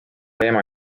teema